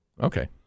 Okay